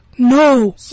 No